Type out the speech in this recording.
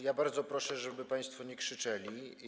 Ja bardzo proszę, żeby państwo nie krzyczeli.